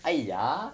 !haiya!